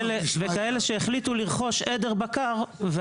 וכאלה עם הרבה בקר --- תכף נגיע אליכם,